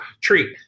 treat